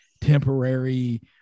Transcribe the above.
temporary